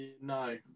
No